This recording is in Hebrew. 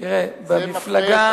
זה מפרה את